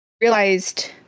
realized